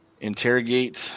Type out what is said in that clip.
interrogate